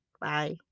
Bye